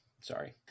sorry